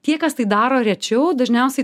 tie kas tai daro rečiau dažniausi